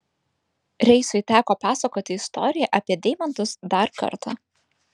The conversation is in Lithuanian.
reisui teko pasakoti istoriją apie deimantus dar kartą